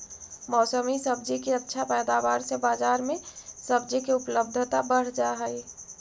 मौसमी सब्जि के अच्छा पैदावार से बजार में सब्जि के उपलब्धता बढ़ जा हई